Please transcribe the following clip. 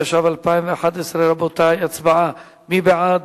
התשע"ב 2011. רבותי, הצבעה, מי בעד?